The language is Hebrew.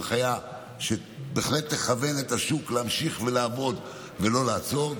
הנחיה שבהחלט תכוון את השוק להמשיך לעבוד ולא לעצור,